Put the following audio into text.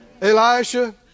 Elisha